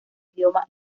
idioma